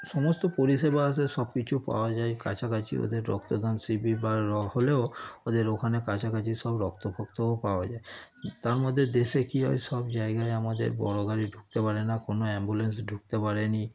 সমস্ত পরিষেবা আসে সব কিছু পাওয়া যায় কাছাকাছি ওদের রক্তদান শিবির বা হলেও ওদের ওখানে কাছাকাছি সব রক্ত ফক্তও পাওয়া যায় তার মধ্যে দেশে কী হয় সব জায়গায় আমাদের বড় গাড়ি ঢুকতে পারে না কোনো অ্যাম্বুলেন্স ঢুকতে পারে না